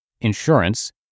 insurance